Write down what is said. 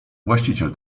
właściciel